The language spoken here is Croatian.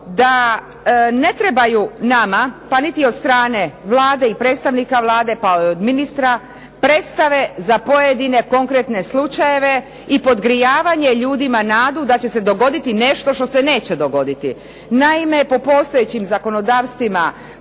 da ne trebaju nama pa niti od strane Vlade i predstavnika Vlade pa od ministra predstave za pojedine konkretne slučajeve i podgrijavanje ljudima nadu da će se dogoditi nešto što se neće dogoditi. Naime, po postojećem zakonodavstvu